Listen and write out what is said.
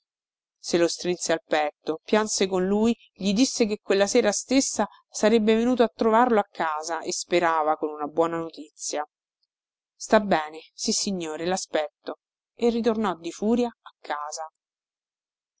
se lo strinse al petto pianse con lui gli disse che quella sera stessa sarebbe venuto a trovarlo a casa e sperava con una buona notizia sta bene sissignore laspetto e ritornò di furia a casa